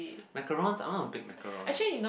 macaroons I wanna bake macaroons